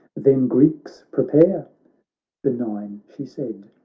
then greeks prepare benign she said,